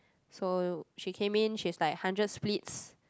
so she came in she is like hundred splits